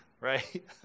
right